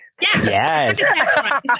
Yes